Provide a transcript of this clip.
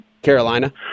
Carolina